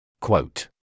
Quote